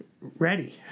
ready